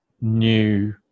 new